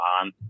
on